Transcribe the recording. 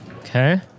Okay